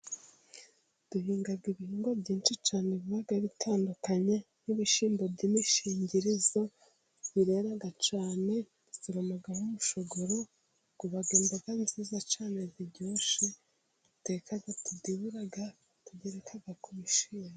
Duhinga ibihingwa byinshi cyane biba bitandukanye, nk'ibishyimbo by'imishingirizo, birera cyane dusoromaho umushogoro, uba imboga nziza cyane ziryoshye ,duteka, tudibura ,tugereka ku bishyimbo.